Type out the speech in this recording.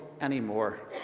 anymore